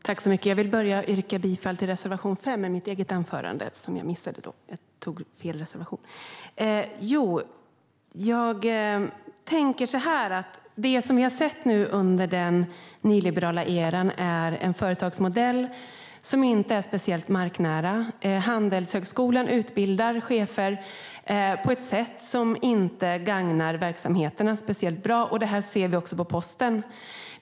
Herr talman! Jag ska börja med att yrka bifall till reservation 5, vilket jag missade att göra i mitt eget anförande. Under den nyliberala eran har vi sett en företagsmodell som inte är speciellt marknära. Handelshögskolan utbildar chefer på ett sätt som inte gagnar verksamheterna speciellt bra. Detta ser vi också på posten.